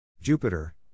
Jupiter